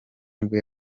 nibwo